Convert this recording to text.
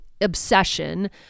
obsession